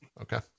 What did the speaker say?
okay